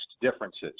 differences